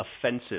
offensive